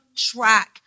track